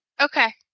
Okay